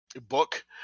Book